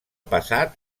passat